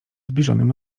zbliżonym